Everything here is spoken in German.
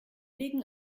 legen